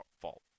fault